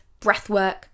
breathwork